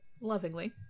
Lovingly